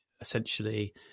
essentially